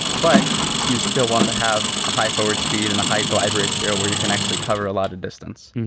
but you still want to have a high forward speed and a high glide ratio where you can actually cover a lot of distance.